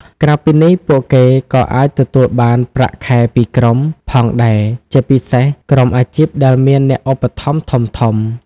ក្រៅពីនេះ ពួកគេក៏អាចទទួលបាន ប្រាក់ខែពីក្រុម ផងដែរ ជាពិសេសក្រុមអាជីពដែលមានអ្នកឧបត្ថម្ភធំៗ។